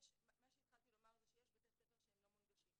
מה שהתחלתי לומר זה שיש בתי ספר שהם לא מונגשים,